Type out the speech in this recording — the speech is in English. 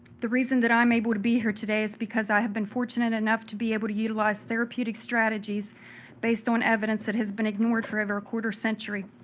the reason that i am able to be here today is because i have been fortunate enough to be able to utilize therapeutic strategies based on evidence that has been ignored for over a quarter a century.